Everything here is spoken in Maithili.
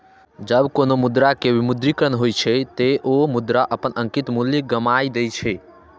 जब कोनो मुद्रा के विमुद्रीकरण होइ छै, ते ओ मुद्रा अपन अंकित मूल्य गमाय दै छै